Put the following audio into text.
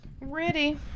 Ready